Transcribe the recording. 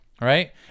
right